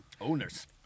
owners